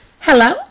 hello